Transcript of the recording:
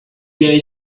day